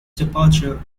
departure